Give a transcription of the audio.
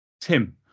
tim